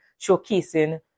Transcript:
showcasing